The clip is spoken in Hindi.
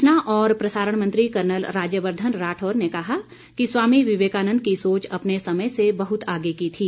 सूचना और प्रसारण मंत्री कर्नल राज्यवर्धन राठौर ने कहा कि स्वामी विवेकानन्द की सोच अपने समय से बहुत आगे की थी